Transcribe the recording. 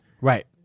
Right